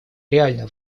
реальная